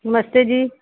नमस्ते जी